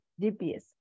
GPS